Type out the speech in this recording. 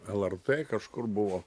lrt kažkur buvo